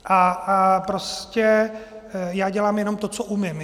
A prostě já dělám jenom to, co umím.